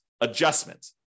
adjustment